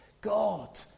God